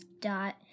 dot